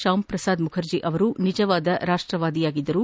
ಶ್ಕಾಂ ಪ್ರಸಾದ್ ಮುಖರ್ಜಿ ಅವರು ನಿಜವಾದ ರಾಷ್ಟವಾದಿಯಾಗಿದ್ದರು